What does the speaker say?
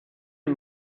you